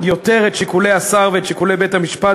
יותר את שיקולי השר ואת שיקולי בית-המשפט